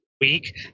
week